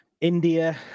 India